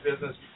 business